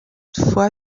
toutefois